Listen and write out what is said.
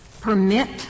permit